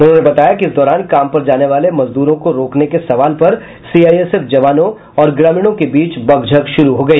उन्होंने बताया कि इस दौरान काम पर जाने वाले मजदूरों को रोकने के सवाल पर सीआईएसएफ जवानों और ग्रामीणों के बीच बकझक शुरू हो गई